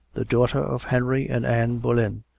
the daughter of henry and anne boleyn,